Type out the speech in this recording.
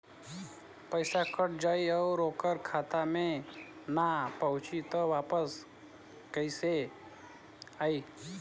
पईसा कट जाई और ओकर खाता मे ना पहुंची त वापस कैसे आई?